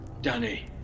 Danny